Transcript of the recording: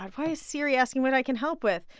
why is siri asking what i can help with?